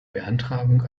beantragung